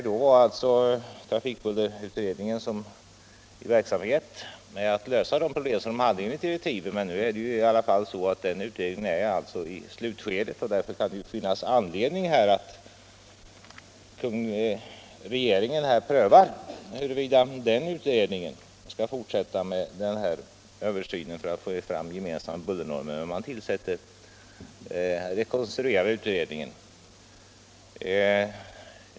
Då var trafikbullerutredningen i färd med att lösa de problem som fanns angivna i direktiven, men nu är den utredningen i slutskedet, och därför kan det finnas anledning för regeringen att pröva huruvida denna utredning skall fortsätta med översynen för att få fram gemensamma bullernormer eller om man skall rekonstruera utredningen.